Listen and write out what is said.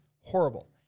horrible